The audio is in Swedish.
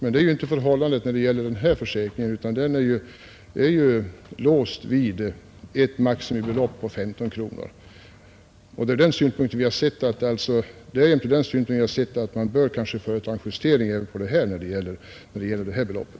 Så är inte förhållandet när det gäller den här försäkringen, utan den är låst vid ett maximibelopp på 15 kronor, Det är ur den synpunkten vi har ansett att man kanske bör företa en justering i fråga om detta belopp.